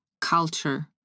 culture